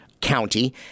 county